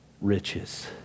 riches